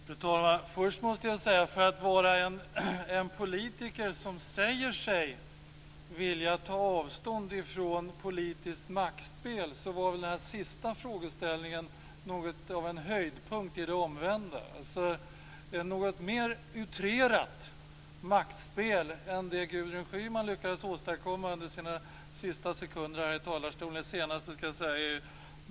Fru talman! Först måste jag säga en sak. Det här är en politiker som säger sig vilja ta avstånd från politiskt maktspel. Den här sista frågeställningen var väl något av en höjdpunkt i det omvända. Jag föreställer mig att det är svårt att hitta något mer utrerat maktspel i historien än det som Gudrun Schyman lyckades åstadkomma under sina senaste sekunder i talarstolen.